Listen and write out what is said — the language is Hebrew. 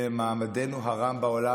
למעמדנו הרם בעולם,